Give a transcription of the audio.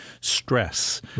stress